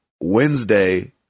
Wednesday